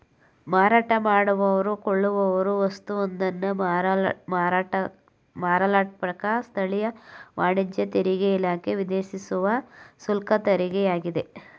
ಮಾರಾಟ ಮಾಡುವವ್ರು ಕೊಳ್ಳುವವ್ರು ವಸ್ತುವೊಂದನ್ನ ಮಾರಲ್ಪಟ್ಟಾಗ ಸ್ಥಳೀಯ ವಾಣಿಜ್ಯ ತೆರಿಗೆಇಲಾಖೆ ವಿಧಿಸುವ ಶುಲ್ಕತೆರಿಗೆಯಾಗಿದೆ